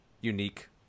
unique